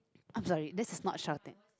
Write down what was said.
I'm sorry this is not shouting